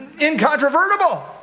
incontrovertible